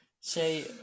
say